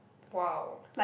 !wow!